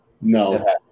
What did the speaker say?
no